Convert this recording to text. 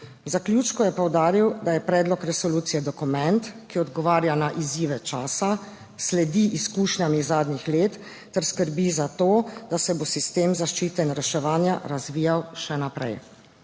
zaključku je poudaril, da je predlog resolucije dokument, ki odgovarja na izzive časa, sledi izkušnjam iz zadnjih let ter skrbi za to, da se bo sistem zaščite in reševanja razvijal še naprej.